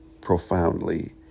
profoundly